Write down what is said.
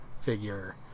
figure